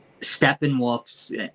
Steppenwolf's